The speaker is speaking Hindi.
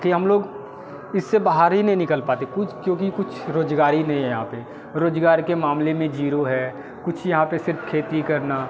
के हम लोग इससे बाहर ही नहीं निकाल पाते कुछ क्योंकि कुछ रोज़गारी नहीं है यहाँ पे रोज़गार के मामले में जीरो है कुछ यहाँ पे सिर्फ़ खेती करना